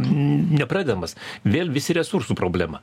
nepradedamas vėl visi resursų problema